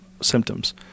symptoms